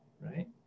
right